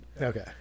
Okay